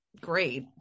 great